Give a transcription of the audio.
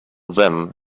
then